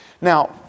Now